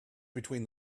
between